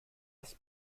das